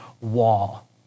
wall